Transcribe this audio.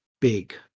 big